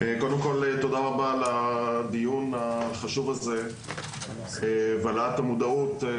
קודם כל תודה רבה על הדיון החשוב הזה והעלאת המודעות של